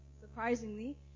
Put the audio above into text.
surprisingly